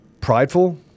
prideful